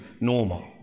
normal